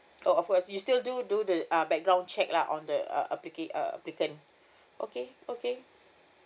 oh of course you still do do the uh background check lah on the uh applicate uh applicant okay okay